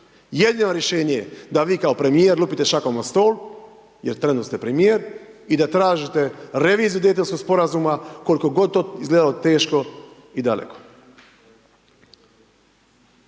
Jedino rješenje je da vi kao premijer lupite šakom o stol, jer trenutno ste premijer i da tražite reviziju Dejtonskog sporazuma koliko god to izgledalo teško i daleko.